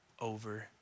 over